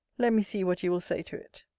let me see what you will say to it.